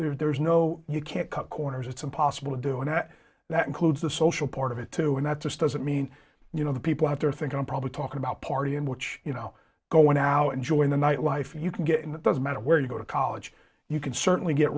level there is no you can't cut corners it's impossible to do and that includes the social part of it too and that just doesn't mean you know the people have their thinking probably talking about party in which you know go on now and join the nightlife you can get in that doesn't matter where you go to college you can certainly get